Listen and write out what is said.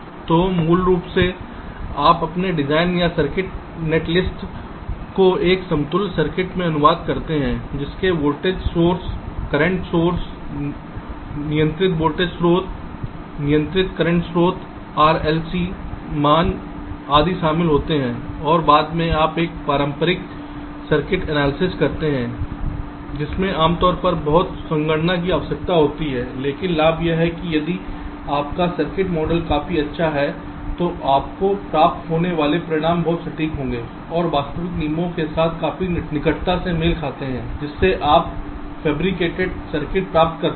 तो मूल रूप से आप अपने डिजाइन या सर्किट नेट सूची को एक समतुल्य सर्किट में अनुवाद करते हैं जिसमें वोल्टेज स्रोत करंट स्रोत नियंत्रित वोल्टेज स्रोत नियंत्रित करंट स्रोत R L C मान आदि शामिल होते हैं और बाद में आप एक पारंपरिक सर्किट एनालिसिस करते हैं जिसमें आमतौर पर बहुत संगणना की आवश्यकता होती है लेकिन लाभ यह है कि यदि आपका सर्किट मॉडल काफी अच्छा है तो आपको प्राप्त होने वाले परिणाम बहुत सटीक होंगे और वास्तविक नियमों के साथ काफी निकटता से मेल खाते हैं जिससे आप फैब्रिकेटेड सर्किट प्राप्त करते हैं